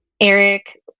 Eric